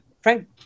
Frank